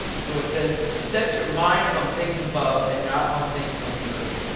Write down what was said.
so it says, set your mind on things above, and not on things on the earth.